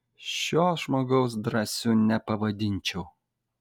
šio žmogaus drąsiu nepavadinčiau